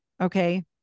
Okay